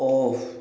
off